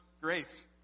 grace